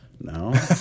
No